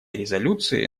резолюции